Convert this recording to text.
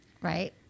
Right